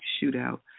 shootout